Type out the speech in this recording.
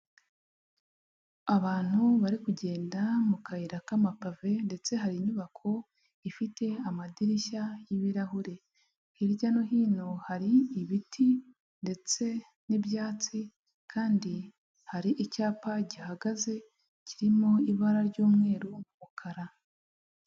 Abantu bari kugenda mu kayira k'amapave, ndetse hari inyubako ifite amadirishya y'ibirahure. Hirya no hino hari ibiti ndetse n'ibyatsi ,kandi hari icyapa gihagaze kirimo ibara ry'umweru n'umukara.